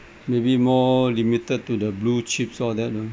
maybe more limited to the blue chips all that uh